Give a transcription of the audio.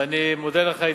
אני מודה לך,